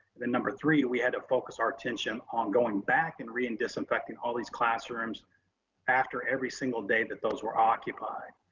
then number three, we had to focus our attention on going back and re-disinfecting all these classrooms after every single day that those were occupied.